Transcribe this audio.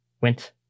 went